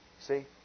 See